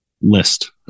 list